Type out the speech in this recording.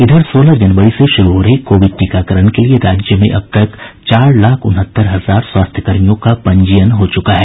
इधर सोलह जनवरी से शुरू हो रहे कोविड टीकाकरण के लिए राज्य में अब तक चार लाख उनहत्तर हजार स्वास्थ्यकर्मियों का पंजीयन हो चुका है